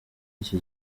iki